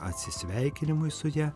atsisveikinimui su ja